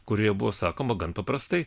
kurioje buvo sakoma gan paprastai